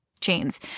chains